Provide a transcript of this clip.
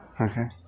okay